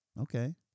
okay